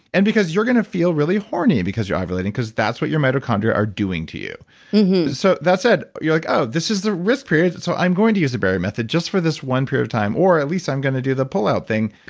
and because you're going to feel really horny because you're ovulating, because that's what your mitochondria are doing to you so, that's it. you're like, oh, this is the risk period, so i'm going to use a barrier method, just for this one period of time, or at least i'm going to do the pull-out thing.